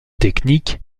technique